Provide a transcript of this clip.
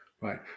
Right